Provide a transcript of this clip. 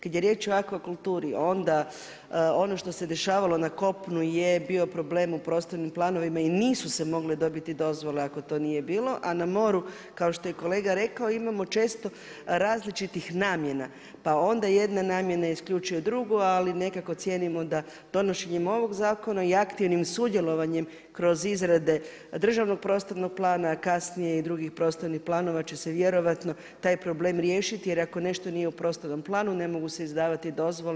Kad je riječ o akvakulturi, onda ono što se dešavalo na kopnu je bio problem u prostornim planovima i nisu se mogle dobiti dozvole ako to nije bilo a na moru kao što je kolega rekao, imamo često različitih namjena pa onda jedna namjena isključuje drugu, ali nekako cijenimo da donošenje ovog zakona i aktivnim sudjelovanjem kroz izrade državnog prostornog plana, kasnije i drugih prostornih planova će se vjerojatno taj problem riješiti jer ako nešto nije u prostornom planu, ne mogu se izdavati dozvole